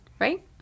Right